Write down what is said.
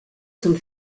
zum